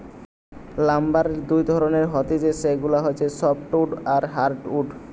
লাম্বারের দুই ধরণের হতিছে সেগুলা হচ্ছে সফ্টউড আর হার্ডউড